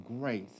grace